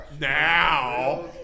Now